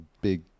big